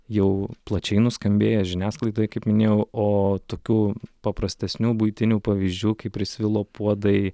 jau plačiai nuskambėję žiniasklaidoj kaip minėjau o tokių paprastesnių buitinių pavyzdžių kai prisvilo puodai